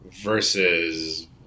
versus